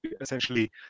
essentially